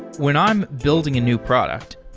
when i'm building a new product,